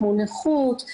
כמו נכות,